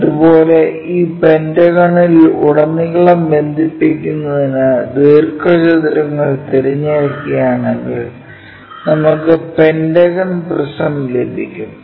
അതുപോലെ ഈ പെന്റഗണിലുടനീളം ബന്ധിപ്പിക്കുന്നതിന് ദീർഘചതുരങ്ങൾ തിരഞ്ഞെടുക്കുകയാണെങ്കിൽ നമുക്ക് പെന്റഗൺ പ്രിസം ലഭിക്കും